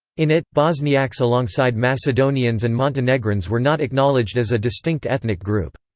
in it, bosniaks alongside macedonians and montenegrins were not acknowledged as a distinct ethnic group.